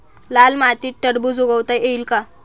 लाल मातीत टरबूज उगवता येईल का?